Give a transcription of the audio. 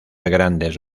grandes